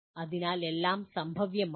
അതിനാൽ എല്ലാം സംഭവ്യം ആണ്